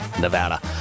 Nevada